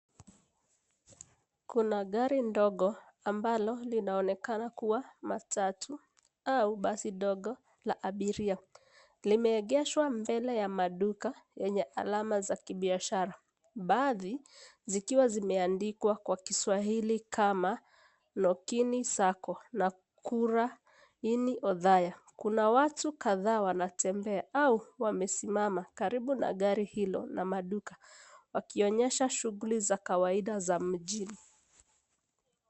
Kuna gari ndogo ambalo linaonekana kuwa matatu au basi ndogo la abiria. Limeegeshwa mbele ya maduka yenye alama za kibiashara. Baadhi, zikiwa zimeandikwa kwa kiswahili kama NAKONNS SACCO na KIRIA-INI, OTHAYA.Kuna watu kadhaa wanatembea au wamesimama karibu na gari hilo na maduka. Wakionyesha shughuli za kawaida mjini.